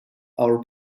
are